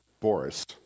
Boris